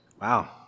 Wow